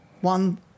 one